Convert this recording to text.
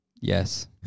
Yes